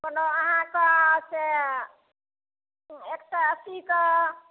कोनो अहाँकेँ से एक सए अस्सीके